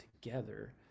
together